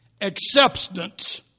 acceptance